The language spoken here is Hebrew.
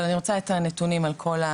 אבל אני רוצה את הנתונים על כולם.